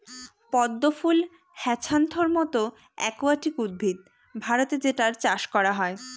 পদ্ম ফুল হ্যাছান্থর মতো একুয়াটিক উদ্ভিদ ভারতে যেটার চাষ করা হয়